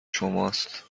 شماست